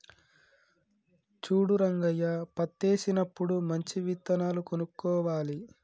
చూడు రంగయ్య పత్తేసినప్పుడు మంచి విత్తనాలు కొనుక్కోవాలి